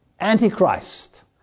antichrist